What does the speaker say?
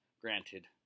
granted